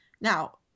Now